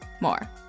more